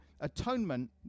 atonement